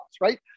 right